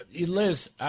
Liz